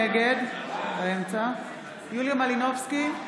נגד יוליה מלינובסקי,